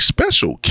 Special